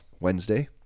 Wednesday